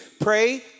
pray